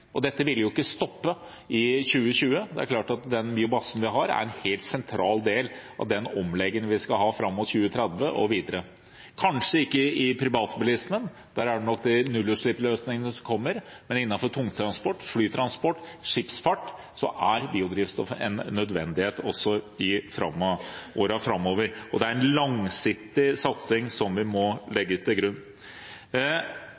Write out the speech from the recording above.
Dette vil jo ikke stoppe i 2020. Det er klart at den biomassen vi har, er en helt sentral del av den omleggingen vi skal ha fram mot 2030 og videre – kanskje ikke i privatbilismen, der er det nok nullutslippsløsningen som kommer, men innenfor tungtransport, flytransport og skipsfart er biodrivstoff en nødvendighet også i årene framover. Det er en langsiktig satsing som vi må